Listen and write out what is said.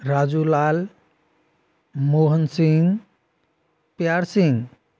Raju Lal Mohan Singh Pyar Singh